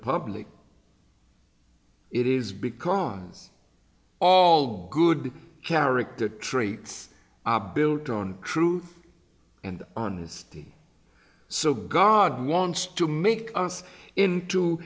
public it is because all good character traits are built on truth and honesty so god wants to make us into